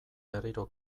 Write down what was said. berriro